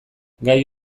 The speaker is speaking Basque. gai